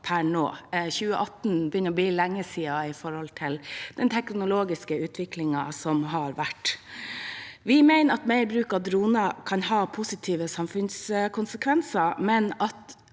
2018 begynner å bli lenge siden med tanke på den teknologiske utviklingen som har vært. Vi mener at mer bruk av droner kan ha positive samfunnskonsekvenser, men